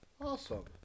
awesome